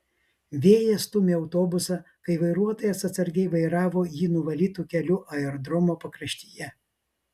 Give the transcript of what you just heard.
vėjas stūmė autobusą kai vairuotojas atsargiai vairavo jį nuvalytu keliu aerodromo pakraštyje